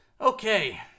Okay